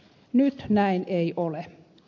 nyt näin ei ole